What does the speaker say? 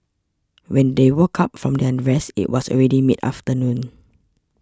when they woke up from their rest it was already mid afternoon